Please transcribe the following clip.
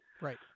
Right